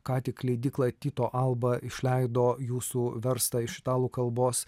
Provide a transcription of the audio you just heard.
ką tik leidykla tyto alba išleido jūsų verstą iš italų kalbos